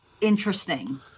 interesting